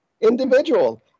individual